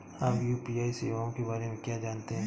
आप यू.पी.आई सेवाओं के बारे में क्या जानते हैं?